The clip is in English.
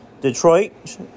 Detroit